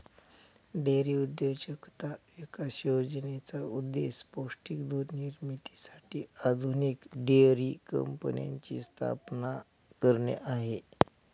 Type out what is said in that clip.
dairy उद्योजकता विकास योजनेचा उद्देश पौष्टिक दूध निर्मितीसाठी आधुनिक डेअरी कंपन्यांची स्थापना करणे आहे